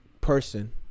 Person